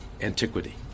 antiquity